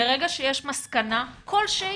ברגע שיש מסקנה כלשהי,